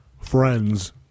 Friends